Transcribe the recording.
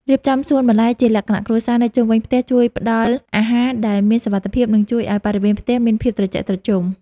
រៀបចំសួនបន្លែជាលក្ខណៈគ្រួសារនៅជុំវិញផ្ទះជួយផ្ដល់អាហារដែលមានសុវត្ថិភាព និង ជួយឱ្យបរិវេណផ្ទះមានភាពត្រជាក់ត្រជុំ។